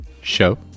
show